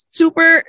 super